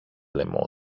λαιμό